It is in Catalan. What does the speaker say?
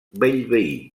bellvei